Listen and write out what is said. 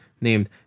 named